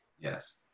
yes